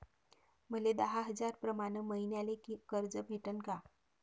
मले दहा हजार प्रमाण मईन्याले कर्ज भेटन का?